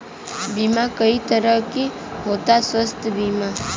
बीमा कई तरह के होता स्वास्थ्य बीमा?